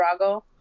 Drago